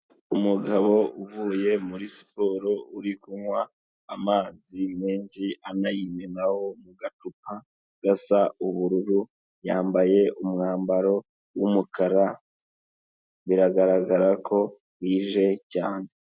Umugabo uvuye muri siporo uri kunywa amazi menshi anayimenaho mu gacupa gasa ubururu yambaye umwambaro w'umukara biragaragara ko wije cyane.